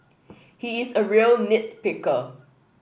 he is a real nit picker